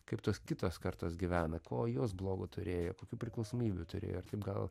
kaip tos kitos kartos gyvena ko jos blogo turėjo kokių priklausomybių turėjo ir taip gal